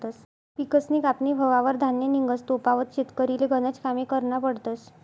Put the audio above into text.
पिकसनी कापनी व्हवावर धान्य निंघस तोपावत शेतकरीले गनज कामे करना पडतस